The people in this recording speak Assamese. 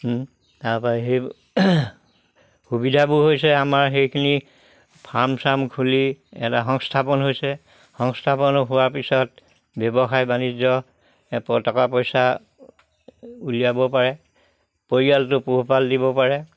তাপা সেই সুবিধাবোৰ হৈছে আমাৰ সেইখিনি ফাৰ্ম চাৰ্ম খুলি এটা সংস্থাপন হৈছে সংস্থাপন হোৱাৰ পিছত ব্যৱসায় বাণিজ্য টকা পইচা উলিয়াব পাৰে পৰিয়ালটো পোহপাল দিব পাৰে